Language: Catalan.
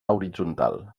horitzontal